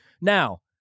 Now